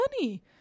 money